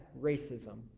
racism